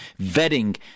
vetting